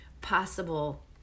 possible